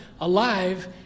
alive